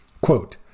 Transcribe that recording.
Quote